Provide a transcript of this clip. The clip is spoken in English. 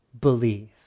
believe